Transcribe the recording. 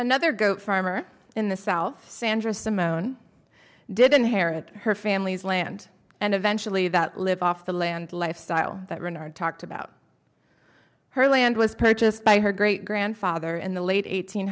another goat farmer in the south sandra simone didn't care that her family's land and eventually that live off the land lifestyle that renard talked about her land was purchased by her great grandfather in the late eighteen